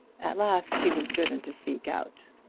at last she was driven to speak out.